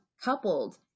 coupled